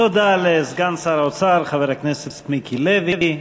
תודה לסגן שר האוצר, חבר הכנסת מיקי לוי.